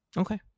okay